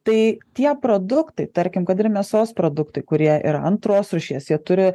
tai tie produktai tarkim kad ir mėsos produktai kurie ir antros rūšies jie turi